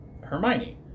hermione